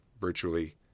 virtually